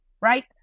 Right